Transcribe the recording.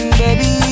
baby